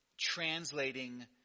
translating